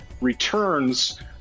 returns